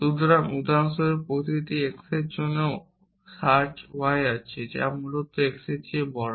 সুতরাং উদাহরণস্বরূপ প্রতিটি x এর জন্য সার্চ y আছে যা মূলত x এর চেয়ে বড়